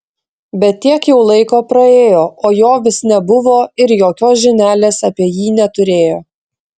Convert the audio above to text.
bet tiek jau laiko praėjo o jo vis nebuvo ir jokios žinelės apie jį neturėjo